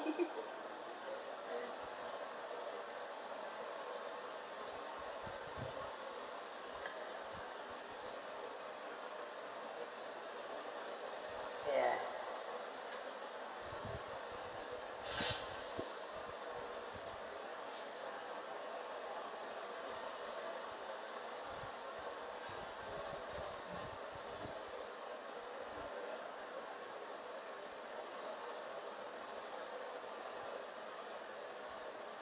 ya